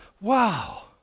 wow